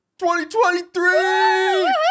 2023